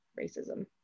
racism